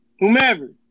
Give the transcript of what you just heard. whomever